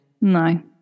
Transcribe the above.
No